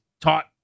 taught